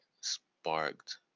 sparked